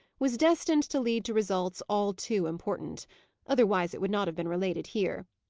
was destined to lead to results all too important otherwise it would not have been related here.